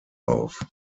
auf